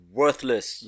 worthless